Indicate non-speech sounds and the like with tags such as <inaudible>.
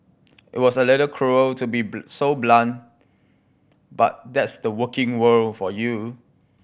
it was a little cruel to be <unintelligible> so blunt but that's the working world for you